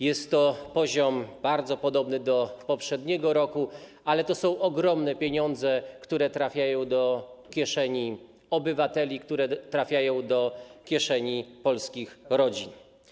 Jest to poziom bardzo podobny do poziomu z poprzedniego roku, ale to są ogromne pieniądze, które trafiają do kieszeni obywateli, które trafiają do kieszeni polskich rodzin.